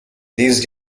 these